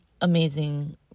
amazing